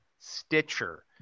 stitcher